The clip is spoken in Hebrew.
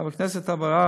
חבר הכנסת אבו עראר,